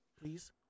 please